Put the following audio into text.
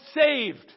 saved